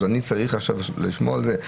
אני צריך עכשיו לשמור על זה?